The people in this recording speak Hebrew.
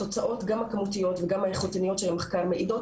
התוצאות גם הכמותיות וגם האיכותניות של המחקר מעידות